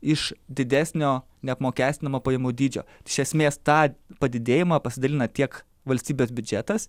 iš didesnio neapmokestinamo pajamų dydžio šesmės tą padidėjimą pasidalina tiek valstybės biudžetas